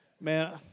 man